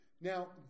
Now